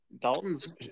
Dalton's